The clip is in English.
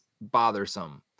bothersome